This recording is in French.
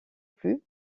plus